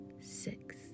six